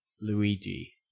Luigi